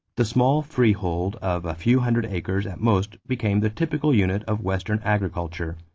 the small freehold of a few hundred acres at most became the typical unit of western agriculture,